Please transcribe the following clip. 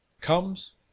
comes